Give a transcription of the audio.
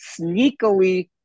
sneakily